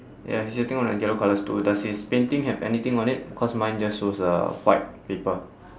ya he's sitting on a yellow colour stool does his painting have anything on it cause mine just shows a white paper